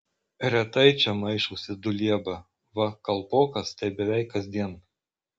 retai čia maišosi dulieba va kalpokas tai beveik kasdien